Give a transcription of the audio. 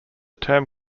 term